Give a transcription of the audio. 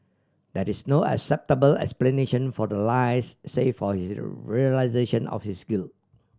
that is no acceptable explanation for the lies save for his realisation of his guilt